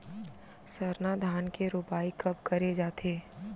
सरना धान के रोपाई कब करे जाथे?